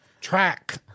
track